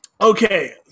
Okay